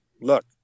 look